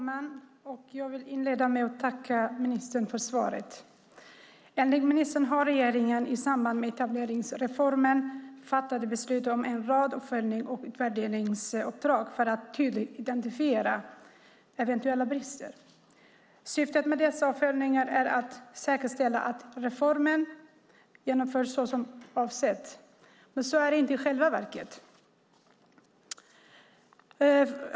Fru talman! Jag vill inleda med att tacka ministern för svaret. Enligt ministern har regeringen i samband med etableringsreformen fattat beslut om en rad uppföljnings och utvärderingsuppdrag för att tydligt identifiera eventuella brister. Syftet med dessa uppföljningar är att säkerställa att reformen genomförs såsom avsett. Men så är det inte i själva verket.